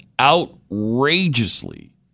outrageously